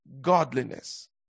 godliness